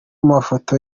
mafoto